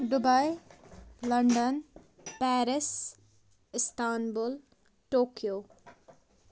Dubai London Paris Istanbul Tokyo